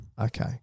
Okay